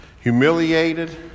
humiliated